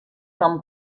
nom